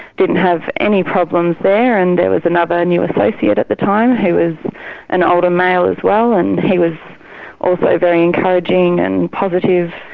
didn't have any problems there and there was another new associate at the time who was an older male as well, and he was also very encouraging and positive.